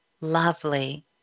Lovely